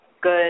good